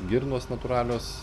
girnos natūralios